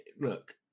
look